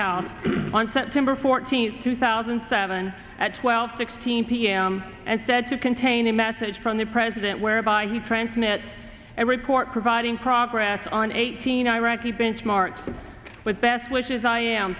house on september fourteenth two thousand and seven at twelve sixteen p m and said to contain a message from the president whereby he transmit a report providing progress on eighteen iraqi benchmarks with best wishes i am